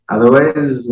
Otherwise